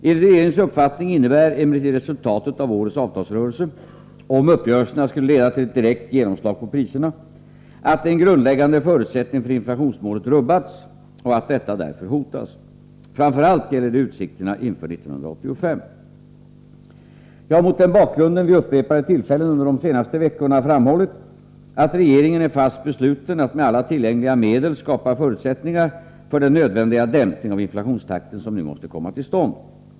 Enligt regeringens uppfattning innebär emellertid resultatet av årets avtalsrörelse — om uppgörelserna skulle leda till ett direkt genomslag på priserna — att en grundläggande förutsättning för inflationsmålet rubbats och att detta därför hotas. Framför allt gäller detta utsikterna inför 1985. Jag har mot den bakgrunden vid upprepade tillfällen under de senaste veckorna framhållit att regeringen är fast besluten att med alla tillgängliga medel skapa förutsättningar för den dämpning av inflationstakten som nu måste komma till stånd.